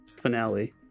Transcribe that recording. finale